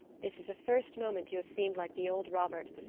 this is the first moment you have seemed like the old robert.